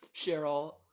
Cheryl